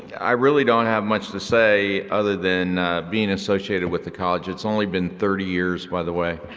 i really don't have much to say other than being associated with the college, it's only been thirty years by the way.